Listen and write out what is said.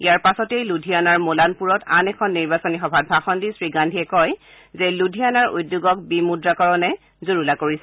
ইয়াৰ পাছতে লুধীয়ানাৰ মোলানপূৰত আন এখন নিৰ্বাচনী সভাত ভাষন দি শ্ৰীগান্ধীয়ে কয় যে লুধীয়ানাৰ উদ্যোগক বিমুদ্ৰাকৰণে জুৰুলা কৰিছে